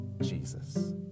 Jesus